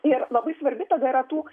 ir labai svarbi tada yra tų